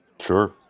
Sure